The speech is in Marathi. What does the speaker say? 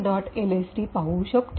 lst पाहू शकतो